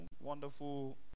wonderful